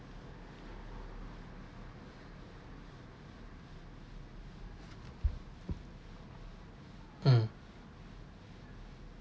mm